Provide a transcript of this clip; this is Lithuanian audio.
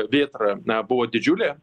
vėtra na buvo didžiulė